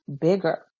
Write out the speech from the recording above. bigger